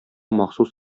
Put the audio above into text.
махсус